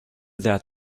that